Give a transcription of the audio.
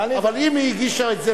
דני ----- אבל אם היא הגישה את זה